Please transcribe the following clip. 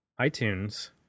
iTunes